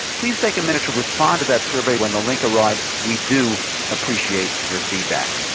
please take a minute to respond to that survey when the link arrives. we do appreciate your feedback.